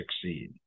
succeed